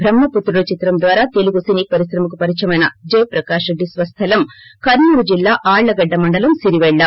ట్రహ్మపుత్రుడపో చిత్రం ద్వారా తెలుగు సినీ పరిశ్రమకు పరిచయమైన జయప్రకాష్ రెడ్డి స్వస్తలం కర్నూలు జిల్లా ఆళ్లగడ్డ మండలం సిరిపెళ్ల